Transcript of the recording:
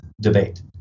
debate